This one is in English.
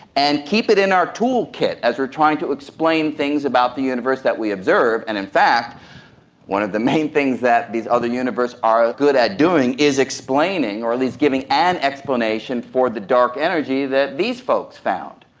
and keep it in our toolkit as we are trying to explain things about the universe that we observe. and in fact one of the main things that these other universes are ah good at doing is explaining or at least giving an explanation for the dark energy that these folks found.